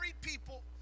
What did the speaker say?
people